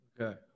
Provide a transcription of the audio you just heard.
Okay